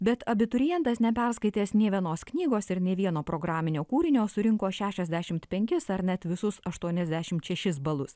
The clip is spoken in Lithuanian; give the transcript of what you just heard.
bet abiturientas neperskaitęs nė vienos knygos ir nei vieno programinio kūrinio surinko šešiasdešimt penkis ar net visus aštuoniasdešimt šešis balus